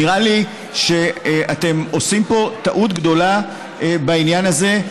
נראה לי שאתם עושים פה טעות גדולה בעניין הזה.